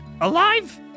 alive